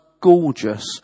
gorgeous